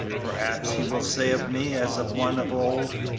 perhaps he will say of me, as of one of old,